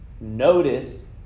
notice